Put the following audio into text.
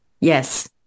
Yes